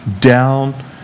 down